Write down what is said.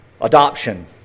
adoption